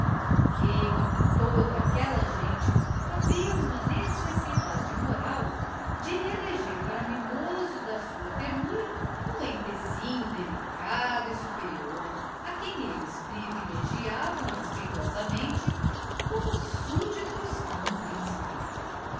porque em toda aquela gente havia uma necessidade moral de eleger para mimoso da sua ternura um entezinho delicado e superior a que eles privilegiavam respeitosamente como súditos a um príncipe